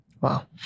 Wow